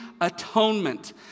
Atonement